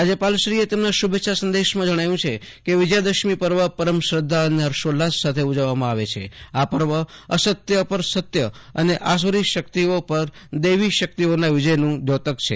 રાજ્યપાલશ્રીએ તેમાન શુભ સંદેશમાં જજ્ઞાવ્યું છે કે વિજયા દશમી પર્વ પરમ શ્રદ્ધા અને હર્યોલ્લાસ સાથે ઉજવવામાં આવે છે આ પર્વ અસત્ય પર સત્ય અને આસુરી શક્તિઓ પર દૈવી શક્તિઓના વિજયનું ઘોતક છે